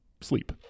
sleep